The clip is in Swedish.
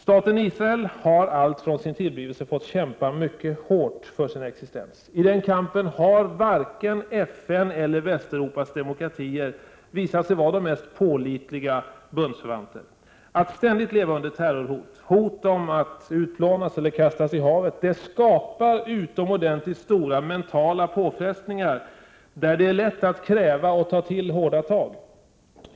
Staten Israel har alltsedan sin tillblivelse fått kämpa mycket hårt för sin existens. I den kampen har varken FN eller Västeuropas demokratier visat sig vara de mest pålitliga bundsförvanter. Att ständigt leva under terrorhot, under hot om att bli utplånad eller kastad i havet, skapar utomordentligt stora mentala påfrestningar, som gör att det är lätt att kräva hårda tag.